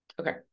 Okay